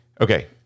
Okay